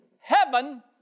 heaven